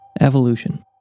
Evolution